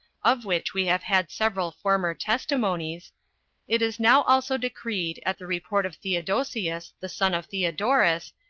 of which we have had several former testimonies it is now also decreed, at the report of theodosius, the son of theodorus,